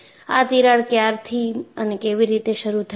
આ તિરાડ ક્યારથી અને કેવી રીતે શરૂ થાય છે